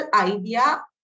idea